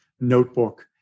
notebook